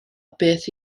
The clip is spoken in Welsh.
beth